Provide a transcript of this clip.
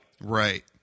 right